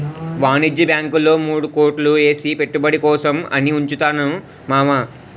వాణిజ్య బాంకుల్లో మూడు కోట్లు ఏసి పెట్టుబడి కోసం అని ఉంచుతున్నాను మావా